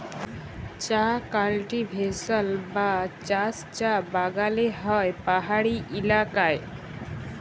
চাঁ কাল্টিভেশল বা চাষ চাঁ বাগালে হ্যয় পাহাড়ি ইলাকায়